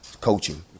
coaching